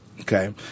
okay